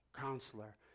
counselor